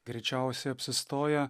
greičiausiai apsistoja